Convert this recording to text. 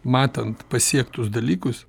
matant pasiektus dalykus